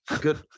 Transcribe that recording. good